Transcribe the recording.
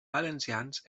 valencians